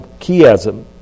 chiasm